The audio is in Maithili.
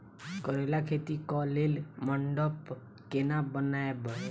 करेला खेती कऽ लेल मंडप केना बनैबे?